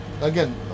Again